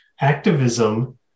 activism